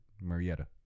Marietta